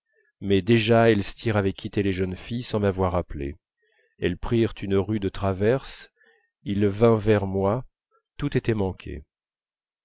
mais déjà elstir avait quitté les jeunes filles sans m'avoir appelé elles prirent une rue de traverse il vint vers moi tout était manqué